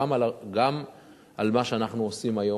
גם למה שאנחנו עושים היום,